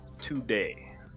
today